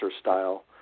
style